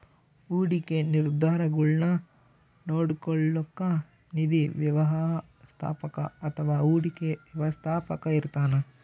ಹೂಡಿಕೆ ನಿರ್ಧಾರಗುಳ್ನ ನೋಡ್ಕೋಳೋಕ್ಕ ನಿಧಿ ವ್ಯವಸ್ಥಾಪಕ ಅಥವಾ ಹೂಡಿಕೆ ವ್ಯವಸ್ಥಾಪಕ ಇರ್ತಾನ